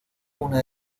una